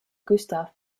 gustav